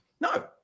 No